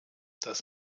das